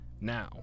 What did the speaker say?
Now